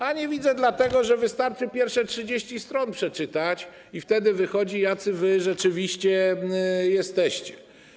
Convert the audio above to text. A nie widzę dlatego, że wystarczy pierwsze 30 stron przeczytać - wtedy wychodzi, jacy wy rzeczywiście jesteście.